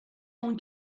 con